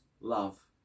love